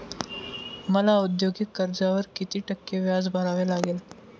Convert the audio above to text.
मला औद्योगिक कर्जावर किती टक्के व्याज भरावे लागेल?